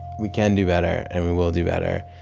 we can do better. and we will do better.